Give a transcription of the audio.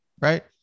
Right